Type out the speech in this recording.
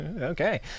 okay